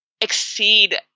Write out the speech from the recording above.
exceed